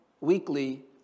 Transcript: weekly